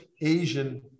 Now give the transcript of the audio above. Asian